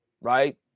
Right